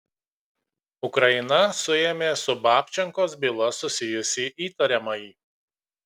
ukraina suėmė su babčenkos byla susijusį įtariamąjį